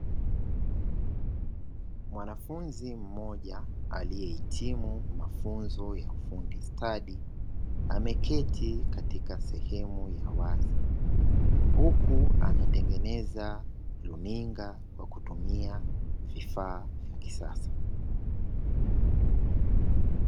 Mwanafunzi mmoja, aliyehitimu mafunzo ya ufundi stadi, ameketi katika sehemu ya wazi. Huku anatengeneza runinga kwa kutumia vifaa vya kisasa.